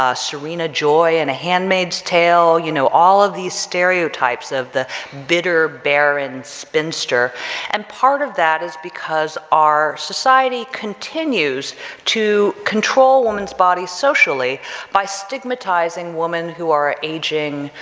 ah serena joy in a handmaid's tale. you know, all of these stereotypes of the bitter, barren spinster and part of that is because our society continues to control women's bodies socially by stigmatizing women who are aging,